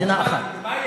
מדינה אחת.